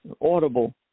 audible